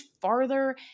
farther